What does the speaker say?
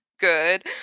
good